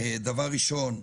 ראשית,